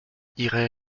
irai